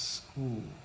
school